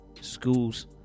Schools